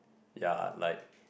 ya like